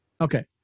Okay